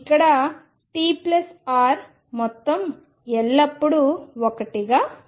ఇక్కడ TR మొత్తం ఎల్లప్పుడూ 1గా ఉంటుంది